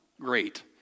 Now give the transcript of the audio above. great